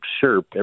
sure